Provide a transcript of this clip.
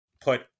put